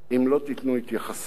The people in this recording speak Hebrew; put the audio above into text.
אם לא תיתנו התייחסות